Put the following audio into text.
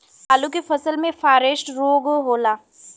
आलू के फसल मे फारेस्ट रोग होला?